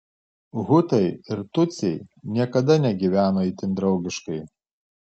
hutai ir tutsiai niekada negyveno itin draugiškai